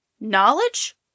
knowledge